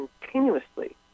continuously